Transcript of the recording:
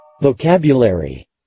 Vocabulary